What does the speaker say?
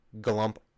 glump